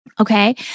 Okay